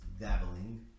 dabbling